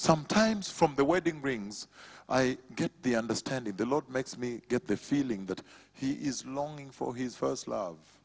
sometimes from the wedding rings i get the understanding the lord makes me get the feeling that he is longing for his first love